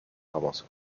famoso